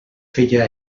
feia